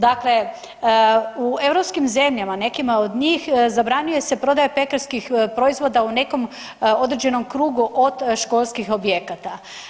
Dakle, u europskim zemljama nekima od njih zabranjuje se prodaja pekarskih proizvoda u nekom određenom krugu od školskih objekata.